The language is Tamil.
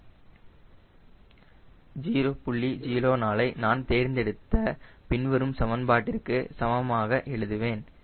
04 ஐ நான் தேர்ந்தெடுத்த பின்வரும் சமன்பாட்டிற்கு சமமாக எழுதுவேன்